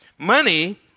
Money